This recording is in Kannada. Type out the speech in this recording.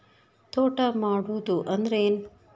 ತೋಟ ಮಾಡುದು ಅಂದ್ರ ಏನ್?